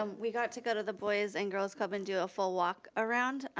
um we got to go to the boys and girls club and do a full walk around,